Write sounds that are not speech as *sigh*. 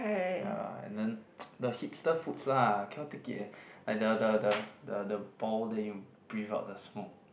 ya and then *noise* the hipster foods lah I cannot take it eh like the the the the the ball then you know breathe out the smoke